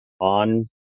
on